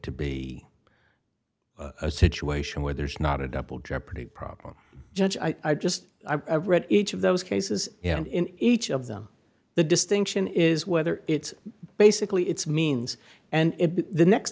to be a situation where there's not a double jeopardy problem judge i just read each of those cases and in each of them the distinction is whether it's basically it's means and the next